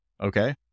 Okay